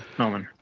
norman.